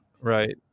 Right